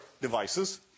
devices